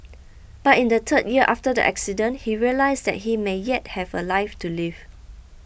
but in the third year after the accident he realised that he may yet have a life to live